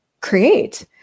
create